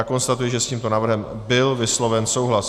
Já konstatuji, že s tímto návrhem byl vysloven souhlas.